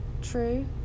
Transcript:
True